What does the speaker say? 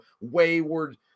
wayward